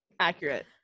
Accurate